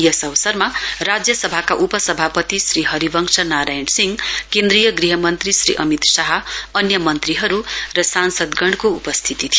यस अवसरमा राज्यसभाका उप सभापति श्री हरिवंश नारायण सिंह केन्द्रीय गृहमन्त्री श्री अमित शाह अन्य मन्त्रीहरू र सांसदगणको उपस्थिती थियो